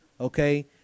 okay